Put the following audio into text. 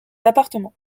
appartements